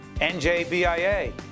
NJBIA